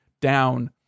down